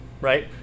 right